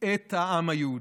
את העם היהודי.